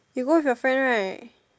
you go with your friend right